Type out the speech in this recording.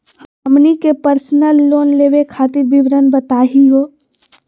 हमनी के personal loan लेवे खातीर विवरण बताही हो?